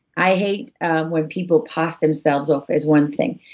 i hate when people pass themselves off as one thing.